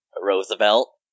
Roosevelt